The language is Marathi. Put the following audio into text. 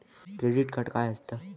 क्रेडिट कार्ड काय असता?